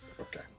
Okay